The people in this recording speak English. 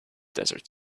desert